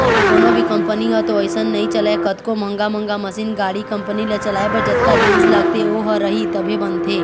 कोनो भी कंपनी ह तो अइसने नइ चलय कतको महंगा महंगा मसीन, गाड़ी, कंपनी ल चलाए बर जतका जिनिस लगथे ओ ह रही तभे बनथे